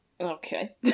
okay